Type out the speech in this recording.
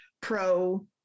pro